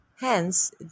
Hence